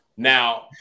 Now